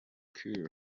kill